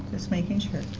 just making sure.